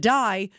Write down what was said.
die